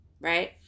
right